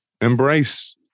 embrace